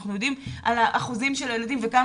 אנחנו יודעים על האחוזים של הילדים וכמה